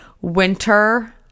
winter